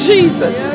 Jesus